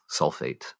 sulfate